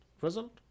Result